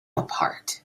apart